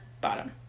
bottom